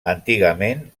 antigament